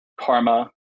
Karma